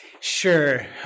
sure